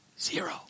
Zero